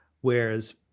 Whereas